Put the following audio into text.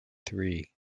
three